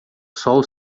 sol